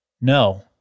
no